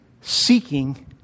seeking